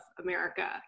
America